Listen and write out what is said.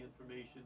information